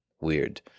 weird